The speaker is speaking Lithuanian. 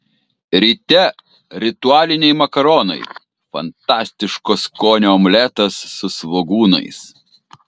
ryte ritualiniai makaronai fantastiško skonio omletas su svogūnais